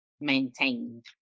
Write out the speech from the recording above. maintained